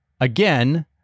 again